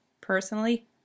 personally